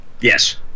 Yes